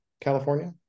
California